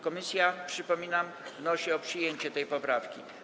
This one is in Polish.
Komisja, przypominam, wnosi o przyjęcie tej poprawki.